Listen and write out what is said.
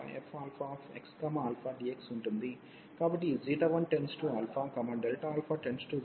కాబట్టి ఈ 1 α→0ఉన్నప్పుడు